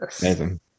Amazing